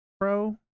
Pro